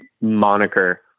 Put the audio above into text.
moniker